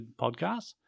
podcasts